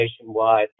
nationwide